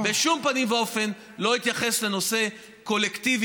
בשום פנים ואופן לא אתייחס לנושא קולקטיבי